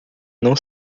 não